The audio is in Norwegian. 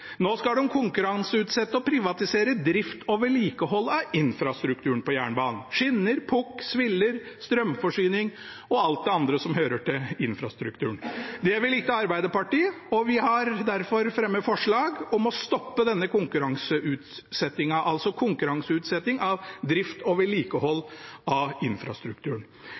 Nå skal de konkurranseutsette og privatisere drift og vedlikehold av infrastrukturen på jernbanen – skinner, pukk, sviller, strømforsyning og alt det andre som hører til infrastrukturen. Det vil ikke Arbeiderpartiet, og vi har derfor fremmet forslag om å stoppe denne konkurranseutsettingen, altså konkurranseutsetting av drift og vedlikehold av infrastrukturen.